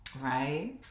Right